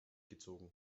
gezogen